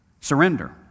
Surrender